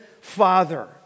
father